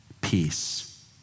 peace